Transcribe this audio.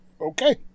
okay